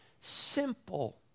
simple